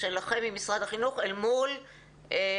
שלכם עם משרד החינוך אל מול מי?